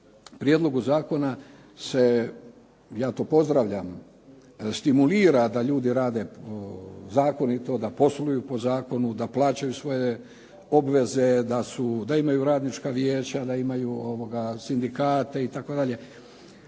prijedlogu zakona ja to pozdravljam se stimulira da ljudi rade zakonito, da posluju po zakonu, da plaćaju svoje obveze, da imaju radnička vijeća, da imaju sindikate itd.